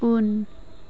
उन